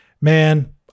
man